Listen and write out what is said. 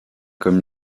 comme